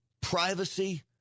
privacy